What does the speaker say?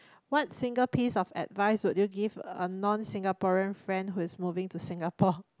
what single piece of advice what you give unknown Singaporean friend whose moving to Singapore